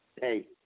Hey